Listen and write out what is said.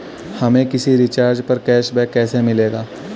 हमें किसी रिचार्ज पर कैशबैक कैसे मिलेगा?